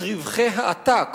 את רווחי העתק